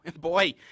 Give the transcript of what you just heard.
boy